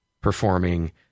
performing